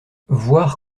voir